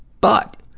but,